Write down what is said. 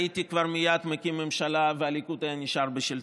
אני הייתי כבר מייד מקים ממשלה והליכוד היה נשאר בשלטון.